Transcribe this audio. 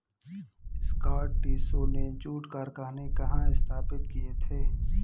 स्कॉटिशों ने जूट कारखाने कहाँ स्थापित किए थे?